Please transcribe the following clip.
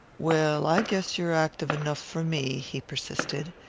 well, i guess you're active enough for me, he persisted.